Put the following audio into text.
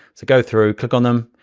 so go through, click on them,